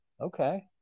Okay